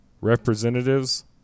representatives